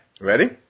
ready